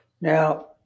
Now